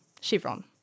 Chevron